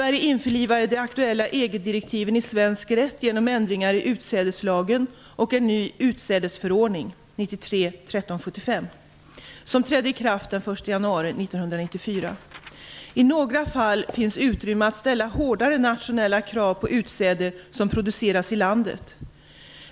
1 januari 1994. I några fall finns utrymme att ställa hårdare nationella krav på utsäde som produceras i landet.